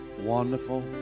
Wonderful